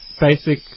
basic